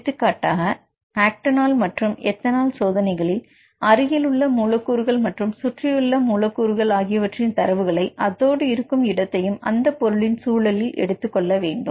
எடுத்துக்காட்டாக ஆக்டனால் மற்றும் எத்தனால் சோதனைகளில் அருகில் உள்ள மூலக்கூறுகள் மற்றும் சுற்றியுள்ள மூலக்கூறுகள் ஆகியவற்றின் தரவுகளை அதோடு இருக்கும் இடத்தையும் அந்த பொருளின் சூழலில் எடுத்துக்கொள்ள வேண்டும்